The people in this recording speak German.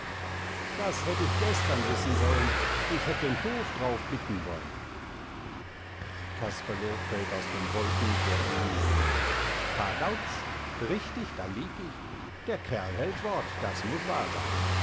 das hätt ich gestern wißen sollen ich hätt den hof drauf bitten wollen casperle fällt aus den wolken vor ihm nieder pardauz richtig da lieg ich der kerl hält wort das muß wahr sein